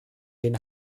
den